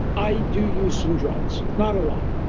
i do use some drugs, not a lot,